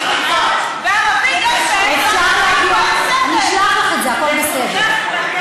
אני אשלח את זה, הכול בסדר.